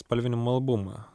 spalvinimo albumą